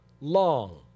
long